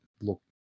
look